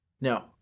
No